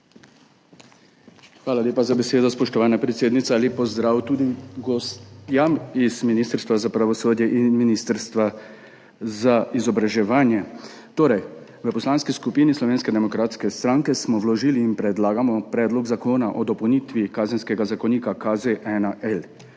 Hvala lepa za besedo, spoštovana predsednica. Lep pozdrav tudi gostjam z Ministrstva za pravosodje in Ministrstva za vzgojo in izobraževanje! V Poslanski skupini Slovenske demokratske stranke smo vložili in predlagamo Predlog zakona o dopolnitvi Kazenskega zakonika (KZ-1L).